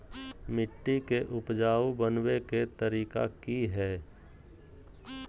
मिट्टी के उपजाऊ बनबे के तरिका की हेय?